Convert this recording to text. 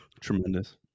Tremendous